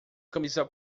camisa